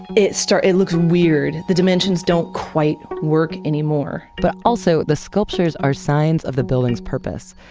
it starts looking weird. the dimensions don't quite work anymore. but also, the sculptures are signs of the buildings purpose,